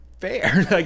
fair